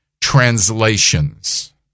translations